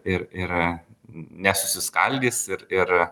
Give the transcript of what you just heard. ir yra nesusiskaldys ir ir